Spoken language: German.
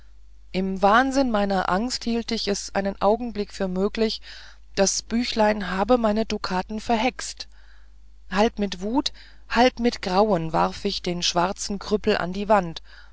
im wahnsinn meiner angst hielt ich es einen augenblick für möglich das büchlein habe mir meine dukaten verhext halb mit wut halb mit grauen warf ich den schwarzen krüppel an die wand